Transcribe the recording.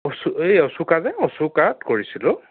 অশো এই অশোকা যে অশোকাত কৰিছিলোঁ